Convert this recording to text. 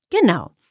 Genau